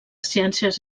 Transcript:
ciències